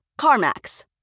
CarMax